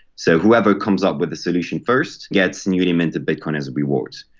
so whoever comes up with the solution first gets newly minted bitcoin as rewards.